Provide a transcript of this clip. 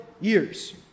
years